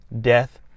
death